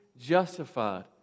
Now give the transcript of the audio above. justified